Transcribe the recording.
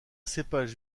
cépage